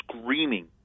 screaming